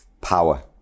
power